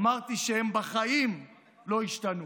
אמרתי שהם בחיים לא ישתנו.